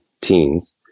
teens